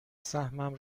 سهمم